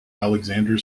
alexander